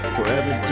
Forever